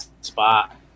spot